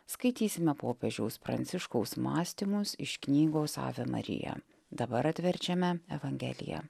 skaitysime popiežiaus pranciškaus mąstymus iš knygos ave marija dabar atverčiame evangeliją